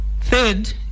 Third